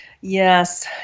Yes